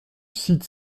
site